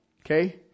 Okay